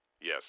Yes